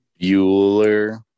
Bueller